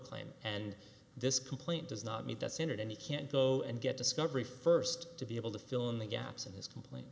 claim and this complaint does not meet that standard and you can't go and get discovery first to be able to fill in the gaps in his complain